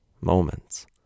moments